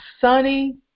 sunny